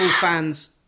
fans